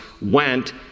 went